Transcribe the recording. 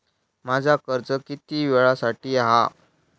माझा कर्ज किती वेळासाठी हा?